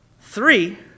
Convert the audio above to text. Three